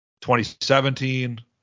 2017